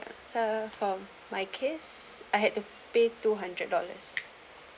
so from my case I had to pay two hundred dollars